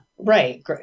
Right